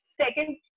second